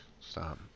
stop